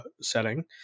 setting